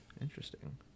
interesting